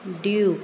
duke